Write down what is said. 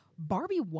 Barbie